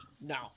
no